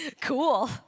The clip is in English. cool